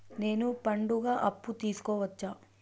నేను పండుగ అప్పు తీసుకోవచ్చా?